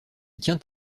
tient